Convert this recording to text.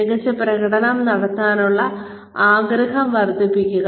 മികച്ച പ്രകടനം നടത്താനുള്ള ആഗ്രഹം വർദ്ധിപ്പിക്കുക